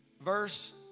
verse